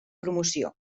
promoció